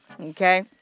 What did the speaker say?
okay